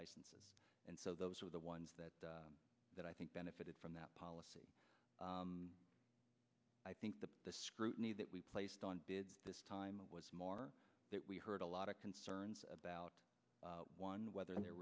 licenses and so those are the ones that that i think benefited from that policy i think the scrutiny that we placed on did this time it was more that we heard a lot of concerns about one whether there